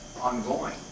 ongoing